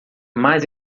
mais